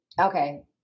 Okay